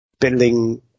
building